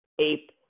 ape